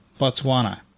Botswana